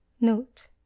Note